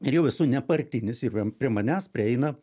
ir jau esu nepartinis ir prie prie manęs prieina